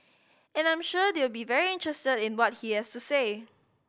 and I'm sure they'll be very interested in what he has to say